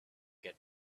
get